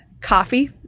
coffee